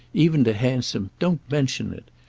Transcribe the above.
even to handsome don't mention it!